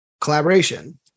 collaboration